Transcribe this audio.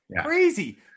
Crazy